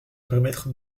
permettre